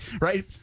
right